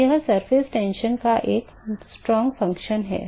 तो यह पृष्ठ तनाव का एक मजबूत कार्य है